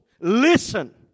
Listen